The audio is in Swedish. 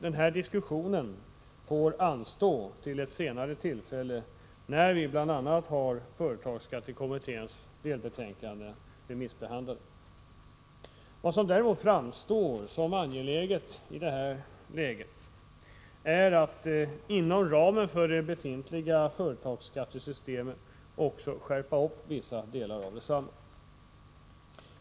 Den diskussionen får dock anstå till ett senare tillfälle, när bl.a. företagsskattekommitténs delbetänkande har remissbehandlats. Vad som däremot framstår som angeläget i nuläget är att inom ramen för det befintliga företagsskattesystemet skärpa vissa delar av detsamma.